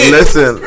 Listen